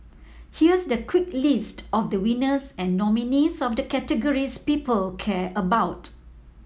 here's the quick list of the winners and nominees of the categories people care about